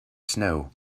snow